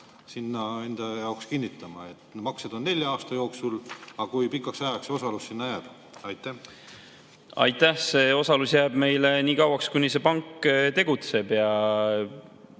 sinna enda jaoks kinnitame? Maksed on nelja aasta jooksul, aga kui pikaks ajaks see osalus sinna jääb? Aitäh! See osalus jääb meile nii kauaks, kuni see pank tegutseb.